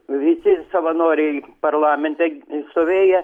visi savanoriai parlamente stovėję